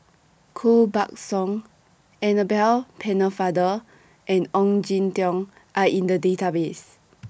Koh Buck Song Annabel Pennefather and Ong Jin Teong Are in The Database